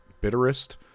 bitterest